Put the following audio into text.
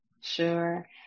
Sure